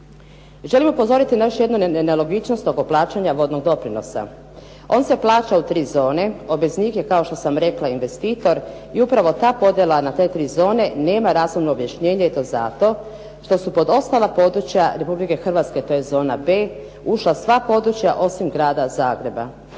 Želim upozoriti na još jednu nelogičnost oko plaćanja vodnog doprinosa. On se plaća u tri zone, obveznik je kao što sam rekla investitor, i upravo ta podjela na te tri zone nema razumno objašnjenje i to zato što su pod ostala područja Republike Hrvatske, to je zona B ušla sva područja osim grada Zagreba,